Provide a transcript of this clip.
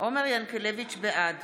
בעד